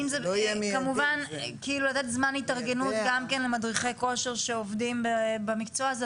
כמובן לתת זמן התארגנות גם כן למדריכי כושר שעובדים במקצוע הזה.